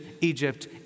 Egypt